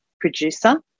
producer